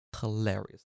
hilarious